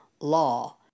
law